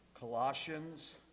Colossians